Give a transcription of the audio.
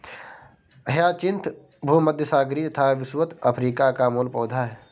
hyacinth भूमध्यसागरीय तथा विषुवत अफ्रीका का मूल पौधा है